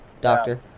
doctor